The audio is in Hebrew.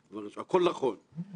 הוא לא עניין של קואליציה ואופוזיציה,